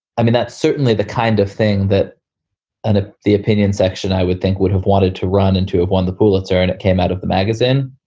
i mean, that's certainly the kind of thing that and ah the opinion section, i would think would have wanted to run into it, won the pulitzer and it came out of the magazine,